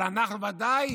אבל אנחנו ודאי